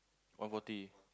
one forty